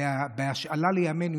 ובהשאלה לימינו,